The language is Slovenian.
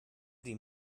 pri